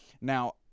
Now